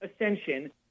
ascension